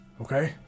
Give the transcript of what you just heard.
Okay